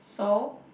so